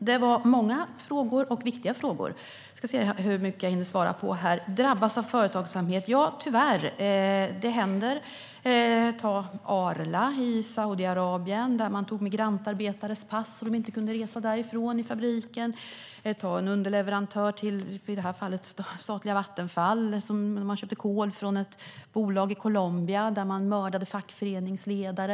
Herr talman! Det var många viktiga frågor. Jag får se hur många jag hinner svara på. Om uttrycket "drabbas av företagsamhet": Det händer tyvärr. Vi kan ta Arla i Saudiarabien, där man i fabriken tog migrantarbetares pass, så att de inte kunde resa från landet. Vi kan ta en underleverantör till i det här fallet statliga Vattenfall, som köpte kol från ett bolag i Colombia, där man mördade fackföreningsledare.